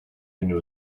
into